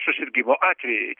susirgimo atvejai